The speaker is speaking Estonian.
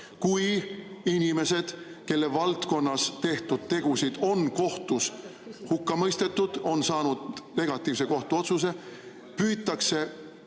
kui inimesed, kelle valdkonnas tehtud tegusid on kohtus hukka mõistetud, kes on saanud negatiivse kohtuotsuse, püütakse